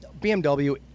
BMW